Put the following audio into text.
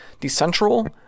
Decentral